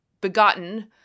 begotten